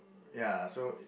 ya so